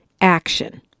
action